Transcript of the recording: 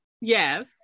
Yes